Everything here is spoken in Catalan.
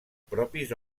propis